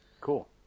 Cool